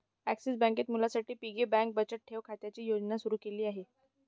axis बँकेत मुलांसाठी piggy bank बचत ठेव खात्याची योजना सुरू केली